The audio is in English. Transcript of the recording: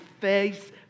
face